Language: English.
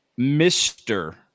Mr